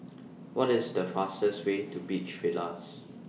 What IS The fastest Way to Beach Villas